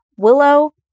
Willow